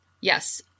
Yes